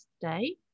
today